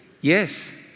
Yes